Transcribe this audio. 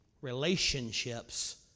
relationships